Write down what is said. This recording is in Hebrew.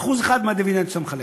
1% מהדיבידנד שאתה מחלק.